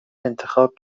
انتخاب